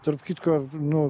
tarp kitko nu